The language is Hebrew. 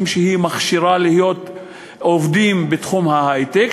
שהיא מכשירה להיות עובדים בתחום ההיי-טק,